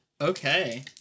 Okay